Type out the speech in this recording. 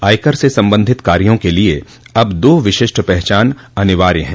आयकर से संबंधित कार्यों के लिए अब दो विशिष्ट पहचान अनिवार्य हैं